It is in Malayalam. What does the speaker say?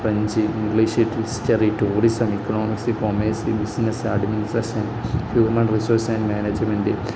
French English history tourism economics commerce business administration human resource and management